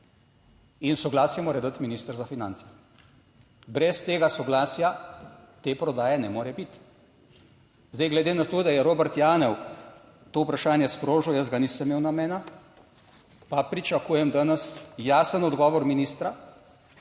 In soglasje mora dati minister za finance. Brez tega soglasja te prodaje ne more biti. Zdaj, glede na to, da je Robert Janev to vprašanje sprožil, jaz ga nisem imel namena, pa pričakujem danes jasen odgovor ministra